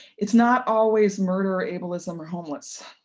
it's not always murder, ableism, or homeless.